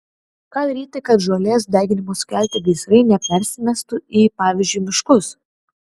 ką daryti kad žolės deginimo sukelti gaisrai nepersimestų į pavyzdžiui miškus